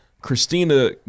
Christina